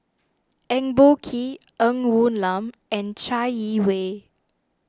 Eng Boh Kee Ng Woon Lam and Chai Yee Wei